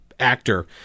actor